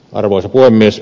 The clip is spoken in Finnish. arvoisa puhemies